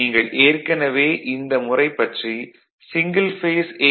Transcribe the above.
நீங்கள் ஏற்கனவே இந்த முறை பற்றி சிங்கிள் பேஸ் ஏ